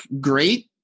great